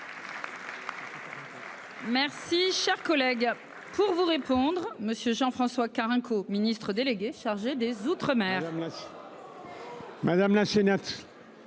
Merci cher collègue. Pour vous répondre, monsieur Jean-François Carenco, Ministre délégué chargé des Outre-mer. Madame la sénatrice.--